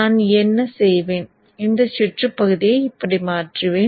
நான் என்ன செய்வேன் இந்த சுற்றுப் பகுதியை இப்படி மாற்றுவேன்